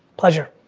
pleasure.